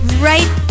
right